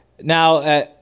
now